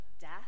death